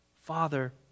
Father